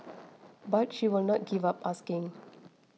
but she will not give up asking